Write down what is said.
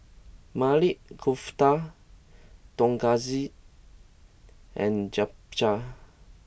Maili Kofta Tonkatsu and Japchae